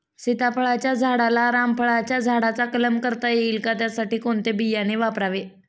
सीताफळाच्या झाडाला रामफळाच्या झाडाचा कलम करता येईल का, त्यासाठी कोणते बियाणे वापरावे?